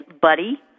Buddy